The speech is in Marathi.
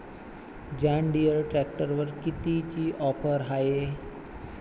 जॉनडीयर ट्रॅक्टरवर कितीची ऑफर हाये?